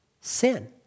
sin